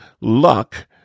luck